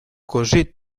così